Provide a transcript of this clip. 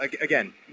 again